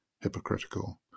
hypocritical